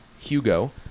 hugo